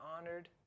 honored